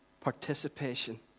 participation